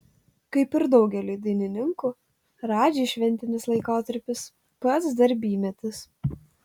kaip ir daugeliui dainininkų radžiui šventinis laikotarpis pats darbymetis